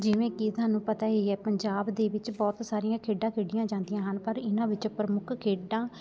ਜਿਵੇਂ ਕਿ ਤੁਹਾਨੂੰ ਪਤਾ ਹੀ ਹੈ ਪੰਜਾਬ ਦੇ ਵਿੱਚ ਬਹੁਤ ਸਾਰੀਆਂ ਖੇਡਾਂ ਖੇਡੀਆਂ ਜਾਂਦੀਆਂ ਹਨ ਪਰ ਇਹਨਾਂ ਵਿੱਚ ਪ੍ਰਮੁੱਖ ਖੇਡਾਂ